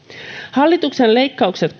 hallituksen leikkaukset